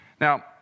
Now